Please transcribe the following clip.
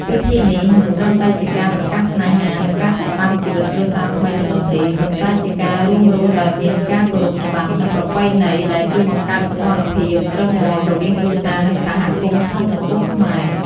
ពិធីនេះមិនត្រឹមតែជាការប្រកាសស្នេហា និងការចាប់ផ្តើមជីវិតគ្រួសារថ្មីប៉ុណ្ណោះទេ ប៉ុន្តែជាការរួមរស់ដោយមានការគោរពច្បាប់ និងប្រពៃណី ដែល ជួយបង្កើតសម្ព័ន្ធភាពរឹងមាំរវាងគ្រួសារ និងសហគមន៍ក្នុងសង្គមខ្មែរ។